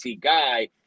guy